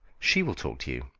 she will talk to you.